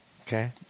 Okay